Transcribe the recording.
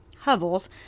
hovels